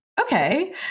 Okay